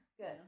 Good